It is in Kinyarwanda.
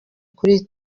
kuri